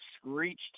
screeched